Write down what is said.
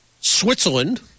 Switzerland